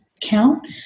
count